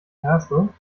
castle